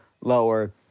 lower